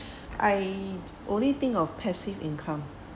I only think of passive income